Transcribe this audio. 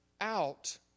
out